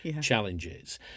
challenges